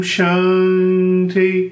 Shanti